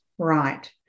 right